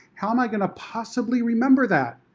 how am i going to possibly remember that?